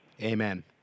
Amen